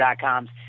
coms